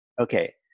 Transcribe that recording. okay